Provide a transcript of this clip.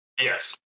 Yes